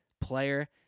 player